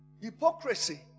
Hypocrisy